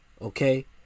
Okay